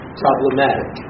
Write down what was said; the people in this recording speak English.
problematic